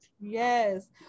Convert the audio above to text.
Yes